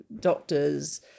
doctors